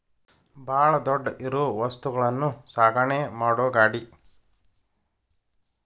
ಬಾಳ ದೊಡ್ಡ ಇರು ವಸ್ತುಗಳನ್ನು ಸಾಗಣೆ ಮಾಡು ಗಾಡಿ